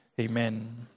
Amen